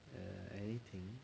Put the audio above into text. hmm anything